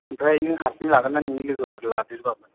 ओमफ्राय नों हारसिं लागोन ना नोंनि लोगोफोर लादेरबावगोन